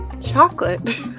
Chocolate